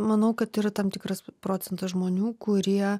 manau kad yra tam tikras procentas žmonių kurie